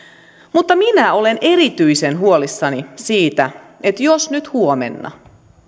mutta minä olen erityisen huolissani siitä että jos nyt huomenna